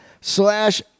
slash